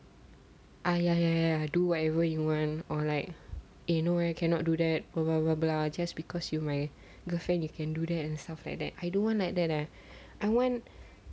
ah ya ya ya do whatever you want or like eh no way cannot do that just because you are my girlfriend you can't do that and stuff like that I don't want like that ah I want